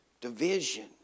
division